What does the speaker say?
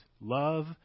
love